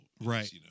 right